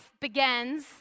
begins